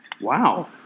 Wow